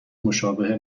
مشابه